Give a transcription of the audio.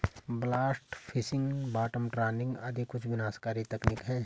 blast fishing, bottom trawling आदि कुछ विनाशकारी तकनीक है